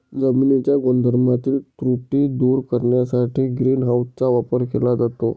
जमिनीच्या गुणधर्मातील त्रुटी दूर करण्यासाठी ग्रीन हाऊसचा वापर केला जातो